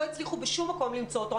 לא הצליחו בשום מקום למצוא אותו.